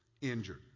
injured